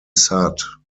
sad